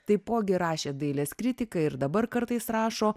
taipogi rašė dailės kritiką ir dabar kartais rašo